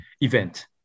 event